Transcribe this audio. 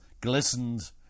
glistened